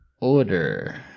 Order